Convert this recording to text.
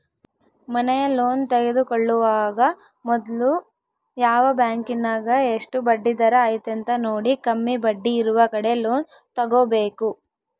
ಮನೆಯ ಲೋನ್ ತೆಗೆದುಕೊಳ್ಳುವಾಗ ಮೊದ್ಲು ಯಾವ ಬ್ಯಾಂಕಿನಗ ಎಷ್ಟು ಬಡ್ಡಿದರ ಐತೆಂತ ನೋಡಿ, ಕಮ್ಮಿ ಬಡ್ಡಿಯಿರುವ ಕಡೆ ಲೋನ್ ತಗೊಬೇಕು